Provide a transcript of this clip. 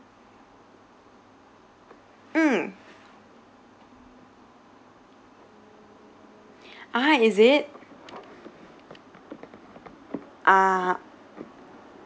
mm ah is it ah